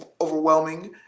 overwhelming